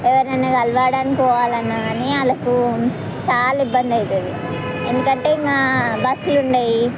ఎవరినైనా కలవడానికి పోవాలన్నా కానీ వాళ్ళకు చాలా ఇబ్బంది అవుతుంది ఎందుకంటే ఇంకా బస్సులు ఉండవు